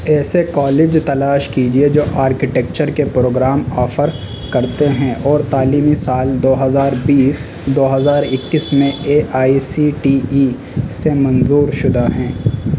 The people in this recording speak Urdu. ایسے کالج تلاش کیجیے جو آرکیٹیکچر کے پروگرام آفر کرتے ہیں اور تعلیمی سال دو ہزار بیس دو ہزار اکیس میں A I C T E سے منظور شدہ ہیں